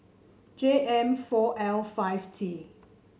J M four L five T